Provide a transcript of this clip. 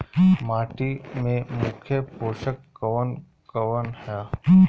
माटी में मुख्य पोषक कवन कवन ह?